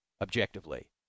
objectively